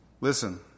Listen